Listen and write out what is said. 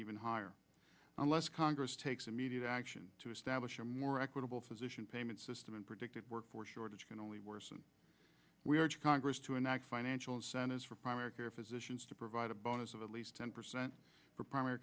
even higher unless congress takes immediate action to establish a more equitable physician payment system and predicted workforce shortage can only worsen congress to enact financial incentives for primary care physicians to provide a bonus of at least ten percent for primary